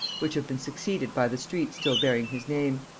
which have been succeeded by the street still bearing his name.